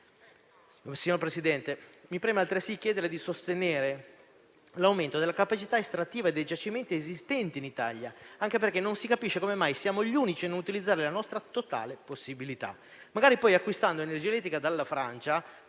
Presidente Draghi, mi preme altresì chiederle di sostenere l'aumento della capacità estrattiva dei giacimenti esistenti in Italia, anche perché non si capisce come mai siamo gli unici a non utilizzare la nostra totale possibilità, magari poi acquistando energia elettrica dalla Francia,